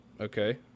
Okay